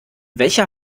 welcher